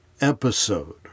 episode